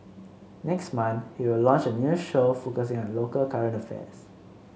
next month he will launch a new show focusing on local current affairs